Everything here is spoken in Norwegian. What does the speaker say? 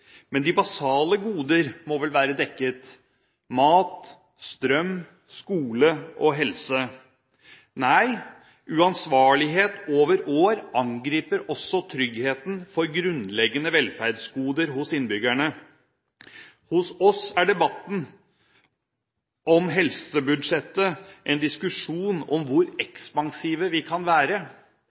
Men de basale goder må vel være dekket – mat, strøm, skole og helse? Nei, uansvarlighet over år angriper også tryggheten for grunnleggende velferdsgoder for innbyggerne. Hos oss er debatten om helsebudsjettet en diskusjon om hvor ekspansive vi kan være.